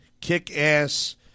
kick-ass